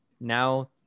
now